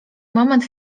moment